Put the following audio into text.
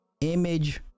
image